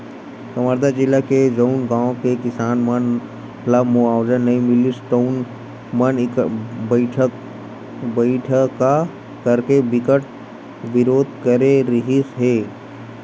कवर्धा जिला के जउन गाँव के किसान मन ल मुवावजा नइ मिलिस तउन मन बइठका करके बिकट बिरोध करे रिहिस हे